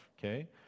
okay